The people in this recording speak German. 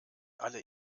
alle